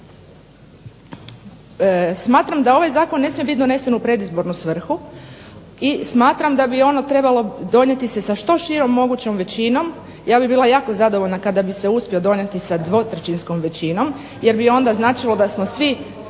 Smatram da ovaj zakon ne smije biti donesen u predizbornu svrhu i smatram da bi ono trebalo donijeti se sa što širom mogućom većinom. Ja bi bila jako zadovoljna kada bi se uspio donijeti sa dvotrećinskom većinom jer bi onda značilo da smo svi